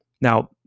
Now